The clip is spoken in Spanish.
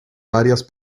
varias